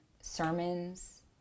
sermons